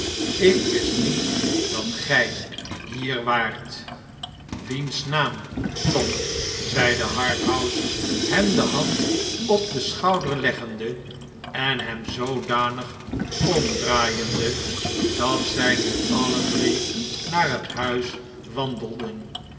ik wist niet dat gij hier waart wiens naam tom zeide harthouse hem de hand op den schouder leggende en hem zoodanig omdraaiende dat zij nu alle drie naar het huis wandelden